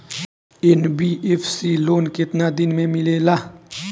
NBFC loan केतना दिन मे मिलेला?